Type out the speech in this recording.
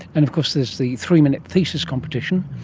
and of course there's the three-minute thesis competition,